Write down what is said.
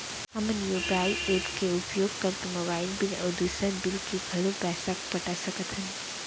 हमन UPI app के उपयोग करके मोबाइल बिल अऊ दुसर बिल के घलो पैसा पटा सकत हन